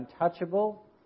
untouchable